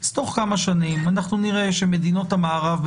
אז תוך כמה שנים אנחנו נראה שמדינות המערב,